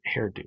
hairdo